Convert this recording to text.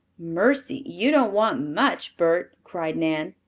mercy, you don't want much, bert, cried nan.